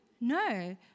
No